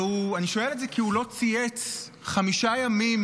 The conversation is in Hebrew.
ואני שואל את זה כי הוא לא צייץ חמישה ימים